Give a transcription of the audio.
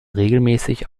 regelmäßig